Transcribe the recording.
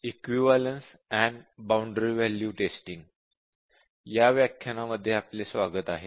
equivalence and boundary value testing या व्याख्यानामध्ये आपले स्वागत आहे